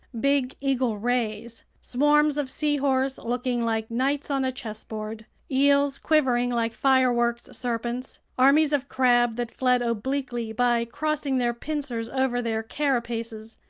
big eagle rays, swarms of seahorse looking like knights on a chessboard, eels quivering like fireworks serpents, armies of crab that fled obliquely by crossing their pincers over their carapaces,